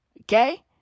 Okay